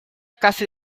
casi